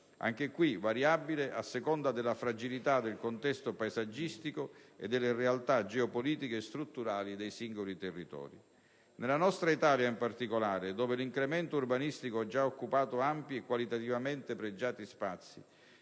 caso variabile a seconda della fragilità del contesto paesaggistico e delle realtà geopolitiche e strutturali dei singoli territori. Nella nostra Italia, in particolare, dove l'incremento urbanistico ha già occupato spazi ampi e qualitativamente pregiati e